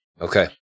Okay